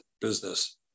business